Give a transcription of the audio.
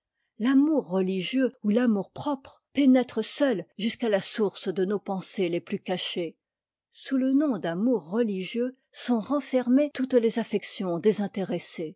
l'amour religieux ou l'amour-propre pénètrent seuls jusqu'à la source de nos pensées les plus cachées sous le nom d'amour religieux sont renfermées toutes les affections désintéressées